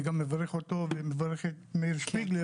אני גם מברך אותו ומברך את מאיר שפיגלר.